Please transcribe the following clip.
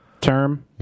term